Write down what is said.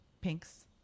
Pink's